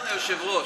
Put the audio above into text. היא עברה